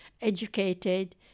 educated